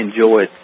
enjoyed